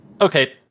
okay